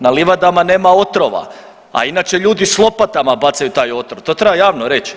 Na livadama nema otrova, a inače ljudi s lopatama bacaju taj otrov to treba javno reći.